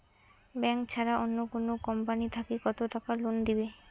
Bank ছাড়া অন্য কোনো কোম্পানি থাকি কত টাকা লোন দিবে?